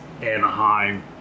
Anaheim